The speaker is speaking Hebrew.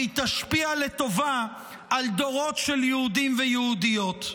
והיא תשפיע לטובה על דורות של יהודים ויהודיות.